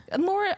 more